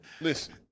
Listen